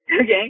okay